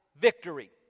victory